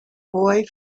boy